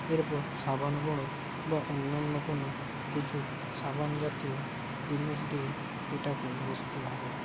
এরপর সাবান গুঁড়ো বা অন্যান্য কোনও কিছু সাবান জাতীয় জিনিস দিয়ে এটাকে ঘষতে হবে